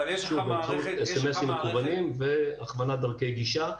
שוב באמצעות סמ"סים מקוונים והכוונת דרכי גישה.